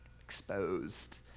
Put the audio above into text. Exposed